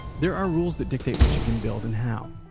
there are rules that dictate what you can build and how.